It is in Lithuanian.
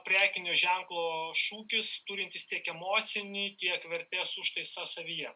prekinio ženklo šūkis turintis tiek emocinį tiek vertės užtaisą savyje